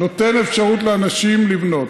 זה נותן אפשרות לאנשים לבנות.